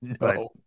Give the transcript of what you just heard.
No